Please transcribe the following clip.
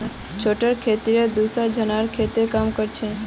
छोटे खेतिहर दूसरा झनार खेतत काम कर छेक